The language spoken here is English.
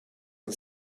and